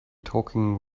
talking